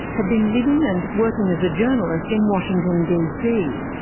had been living and working as a journalist in washington dc.